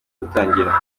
gutangira